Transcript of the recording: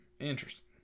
Interesting